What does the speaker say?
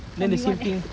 one E one F